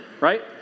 Right